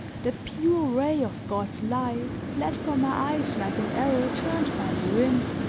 that pure ray of god's light, fled from my eyes like an arrow turned by the wind!